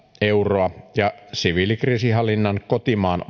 euroa ja siviilikriisinhallinnan kotimaan